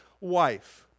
wife